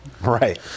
Right